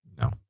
No